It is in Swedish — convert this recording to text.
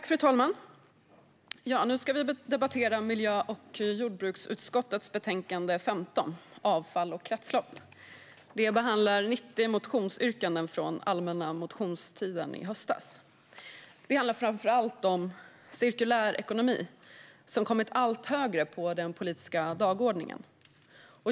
Fru talman! Nu ska vi debattera miljö och jordbruksutskottets betänkande 15, Avfall och kretslopp . Det behandlar 90 motionsyrkanden från allmänna motionstiden i höstas. Det handlar om cirkulär ekonomi, som kommit allt högre upp på den politiska dagordningen.